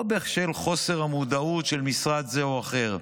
לא בשל חוסר המודעות של משרד זה או אחר,